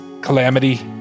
Calamity